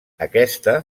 aquesta